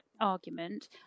argument